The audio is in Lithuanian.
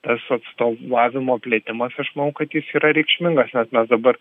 tas atstovavimo plėtimas aš manau kad jis yra reikšmingas nes mes dabar